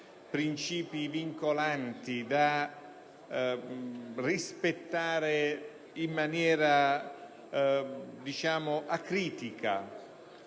principi vincolanti da rispettare in maniera acritica,